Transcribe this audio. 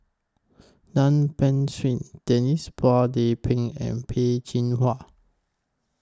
Tan Beng Swee Denise Phua Lay Peng and Peh Chin Hua